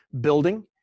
Building